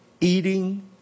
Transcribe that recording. eating